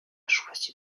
choisi